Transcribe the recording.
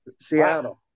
Seattle